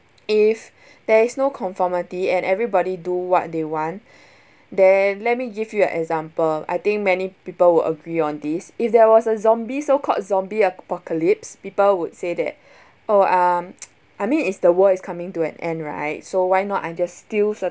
if there is no conformity and everybody do what they want their let me give you an example I think many people would agree on this if there was a zombie so called zombie apocalypse people would say that oh um I mean if the world is coming to an end right so why not I just steal certain